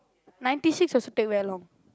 ninety six also take very long